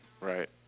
Right